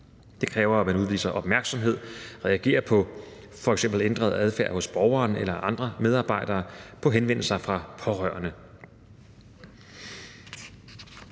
Det kræver, at man udviser opmærksomhed og reagerer på f.eks. ændret adfærd hos borgeren eller andre medarbejdere i forbindelse med henvendelser fra pårørende.